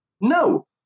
No